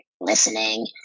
listening